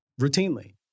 routinely